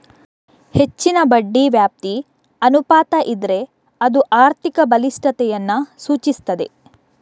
ಹೆಚ್ಚಿನ ಬಡ್ಡಿ ವ್ಯಾಪ್ತಿ ಅನುಪಾತ ಇದ್ರೆ ಅದು ಆರ್ಥಿಕ ಬಲಿಷ್ಠತೆಯನ್ನ ಸೂಚಿಸ್ತದೆ